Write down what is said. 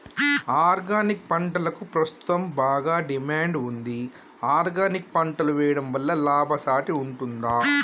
Organic పంటలకు ప్రస్తుతం బాగా డిమాండ్ ఉంది ఆర్గానిక్ పంటలు వేయడం వల్ల లాభసాటి ఉంటుందా?